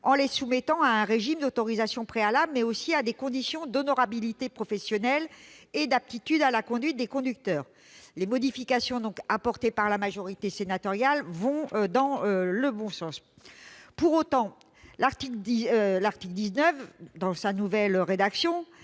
en les soumettant à un régime d'autorisation préalable, mais aussi à des conditions d'honorabilité professionnelle et d'aptitude à la conduite des conducteurs. Les modifications apportées par la majorité sénatoriale vont dans le bon sens. Pour autant, dans sa nouvelle rédaction,